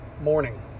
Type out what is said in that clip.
morning